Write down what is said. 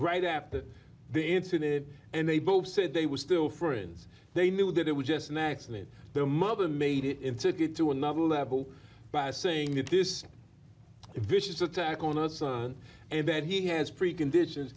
right after the incident and they both said they were still friends they knew that it was just an accident their mother made it into to get to another level by saying that this vicious attack on our son and then he has precondition